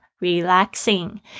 Relaxing